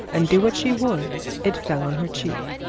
and do what she would it fell on her cheek.